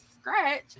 scratch